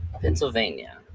Pennsylvania